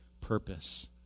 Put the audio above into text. purpose